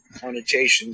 connotations